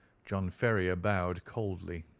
john ferrier bowed coldly.